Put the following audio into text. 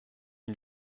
une